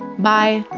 bye!